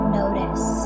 notice